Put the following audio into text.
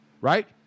right